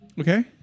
Okay